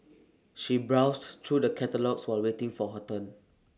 she browsed through the catalogues while waiting for her turn